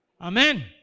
Amen